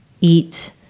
eat